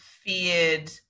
feared